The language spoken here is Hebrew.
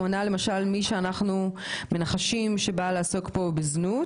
הוא ענה למשל שמי שאנחנו מנחשים שבא לעסוק פה בזנות,